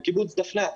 קיבוץ דפנה,